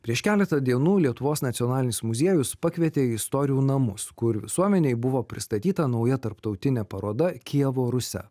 prieš keletą dienų lietuvos nacionalinis muziejus pakvietė į istorijų namus kur visuomenei buvo pristatyta nauja tarptautinė paroda kijevo rusia